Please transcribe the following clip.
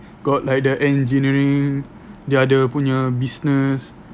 got like the engineering dia ada punya business